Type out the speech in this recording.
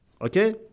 Okay